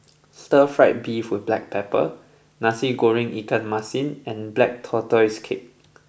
Stir Fry Beef with Black Pepper Nasi Goreng Ikan Masin and Black Tortoise Cake